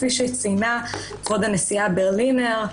כפי שציינה כבוד הנשיאה ברלינר.